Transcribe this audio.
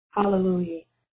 Hallelujah